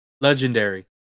Legendary